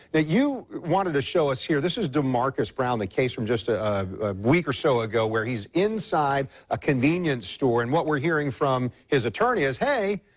you wanted to show us here, this is damarcus brown, a case from just ah a week or so ago, where he's inside a convenience store, and what we're hearing from his attorney is hey,